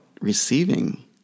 receiving